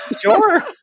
Sure